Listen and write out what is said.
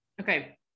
Okay